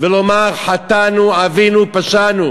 עם אג'נדה,